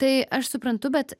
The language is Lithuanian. tai aš suprantu bet